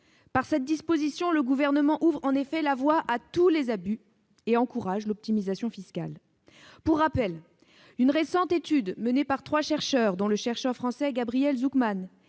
Par cette disposition, le Gouvernement ouvre en effet la voie à tous les abus et encourage l'optimisation fiscale. Pour rappel, une récente étude menée par trois chercheurs, parmi lesquels le chercheur français Gabriel Zucman,